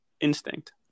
instinct